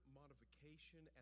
modification